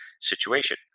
situation